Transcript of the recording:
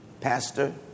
pastor